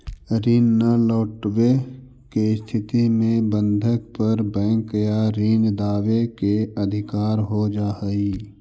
ऋण न लौटवे के स्थिति में बंधक पर बैंक या ऋण दावे के अधिकार हो जा हई